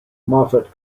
moffat